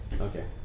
Okay